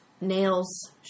nails